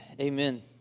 Amen